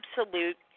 absolute